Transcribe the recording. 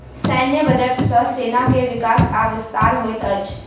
सैन्य बजट सॅ सेना के विकास आ विस्तार होइत अछि